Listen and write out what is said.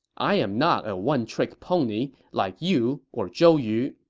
i'm not a one-trick pony like you or zhou yu.